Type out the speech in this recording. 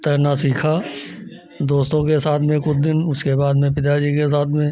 तैरना सीखा दोस्तों के साथ में कुछ दिन उसके बाद में पिता जी के साथ में